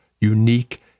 unique